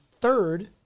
third